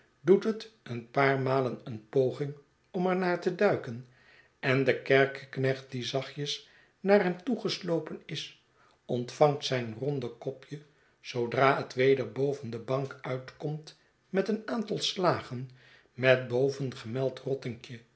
doet het een paar malen een poging om er naar te duiken en de kerkeknecht hie zachtjes naar hem toegeslopen is ontvangt zijn rond kopje zoodra het weder boven de bank uitkomt met een aantal slagen met